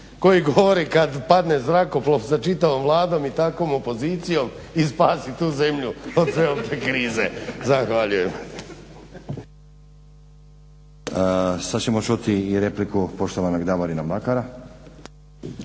onaj vic kad padne zrakoplov sa čitavom Vladom i takvom opozicijom i spasi tu zemlju od sveopće krize. Zahvaljujem. **Stazić, Nenad (SDP)** Sad ćemo čuti repliku i poštovanog Davorina Mlakara.